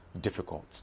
difficult